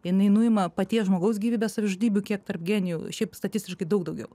jinai nuima paties žmogaus gyvybę savižudybių kiek tarp genijų šiaip statistiškai daug daugiau